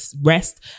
rest